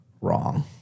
wrong